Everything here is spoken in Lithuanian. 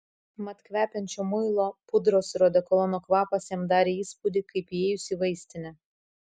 mat kvepiančio muilo pudros ir odekolono kvapas jam darė įspūdį kaip įėjus į vaistinę